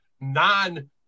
non-